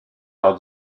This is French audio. par